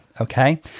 Okay